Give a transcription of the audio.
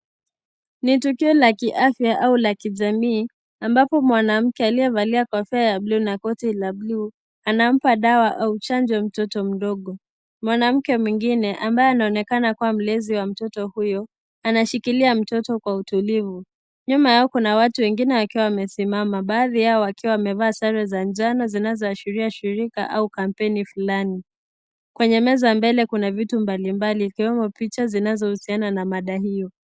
Ni tukio la kiafya au la kijamii ambapo mwanamke aliyevalia kofia ya buluu na koti la buluu, anampa dawa au chanjo mtoto mdogo. Mwanamke mwingine ambaye anaonekana kuwa mlezi wa mtoto huyo anashikilia mtoto kwa utulivu. Nyuma yao kuna watu wengine wakiwa wamesimama, baadhi yao wakiwa wamevaa sare za njano zinazoashiria shirika au kampeni fulani. Kwenye meza mbele kuna vitu mbalimbali ikiwemo picha zinazohusiana na mada hiyo.